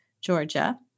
Georgia